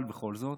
אבל בכל זאת,